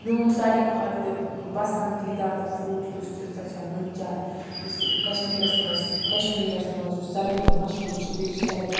میون ساروی کھۄتہٕ پَسَندیٖدہ فُڈ یُس چھُ سۄ چھَ نُنہٕ چاے یُس کَشمیٖرَس مَنٛز کَشمیٖرَس مَنٛز یُس ساروی کھۄتہٕ مَشہور چھِ بیٚیہِ چھِ ساروی کھۄتہٕ